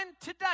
Today